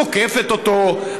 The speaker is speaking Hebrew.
תוקפת אותו,